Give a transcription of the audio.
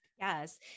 yes